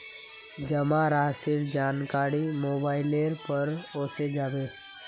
जमा राशिर जानकारी मोबाइलेर पर ओसे जाबे